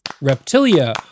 Reptilia